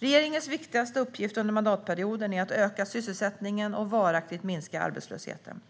Regeringens viktigaste uppgift under mandatperioden är att öka sysselsättningen och varaktigt minska arbetslösheten.